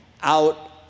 out